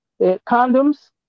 condoms